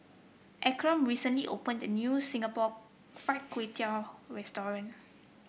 Ephram recently opened a new Singapore Fried Kway Tiao Restaurant